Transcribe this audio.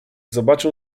zobaczą